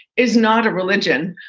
is not a religion.